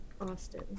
Austin